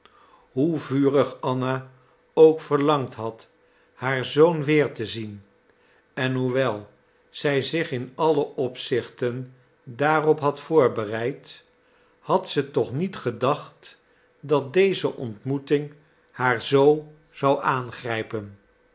hoe vurig anna ook verlangd had haar zoon weer te zien en hoewel zij zich in alle opzichten daarop had voorbereid had ze toch niet gedacht dat deze ontmoeting haar z zou aangrijpen